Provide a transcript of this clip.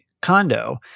condo